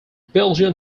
belgian